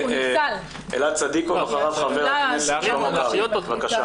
אלעד צדיקוב, בבקשה.